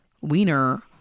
wiener